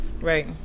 Right